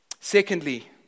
Secondly